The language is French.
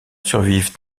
survivent